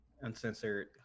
uncensored